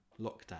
lockdown